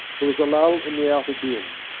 there was a lull in the outer din,